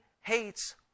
hates